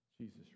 Jesus